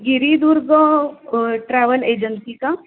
Giridurg travel agency का